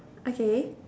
okay